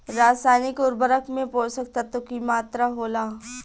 रसायनिक उर्वरक में पोषक तत्व की मात्रा होला?